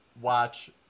watch